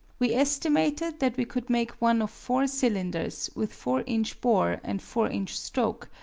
we estimated that we could make one of four cylinders with four inch bore and four inch stroke,